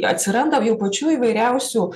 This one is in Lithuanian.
atsiranda jau pačių įvairiausių